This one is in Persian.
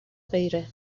غیره